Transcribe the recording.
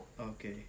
Okay